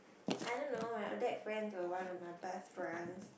I don't know my odac friends were one of my best friends